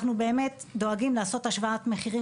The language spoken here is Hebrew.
אנחנו באמת דואגים לעשות השוואת מחירים